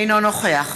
אינו נוכח